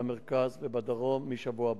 במרכז ובדרום מהשבוע הבא.